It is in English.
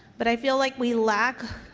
but i feel like we lack